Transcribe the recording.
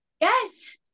Yes